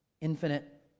infinite